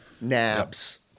Nabs